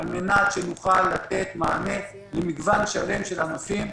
על מנת שנוכל לתת מענה למגוון שלם של ענפים,